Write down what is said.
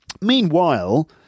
Meanwhile